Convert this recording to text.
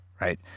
right